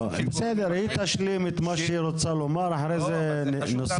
היא תשלים את מה שהיא רוצה לומר ואחר כך נתייחס.